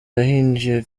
yahinduye